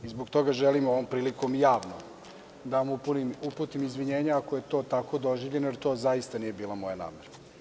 Zbog toga želim ovom prilikom javno da vam uputim izvinjenje, ako je to tako doživljeno, jer to zaista nije bila moja namera.